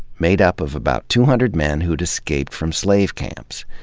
made up of about two hundred men who'd escaped from slave camps.